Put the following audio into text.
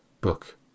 book